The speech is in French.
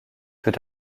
peut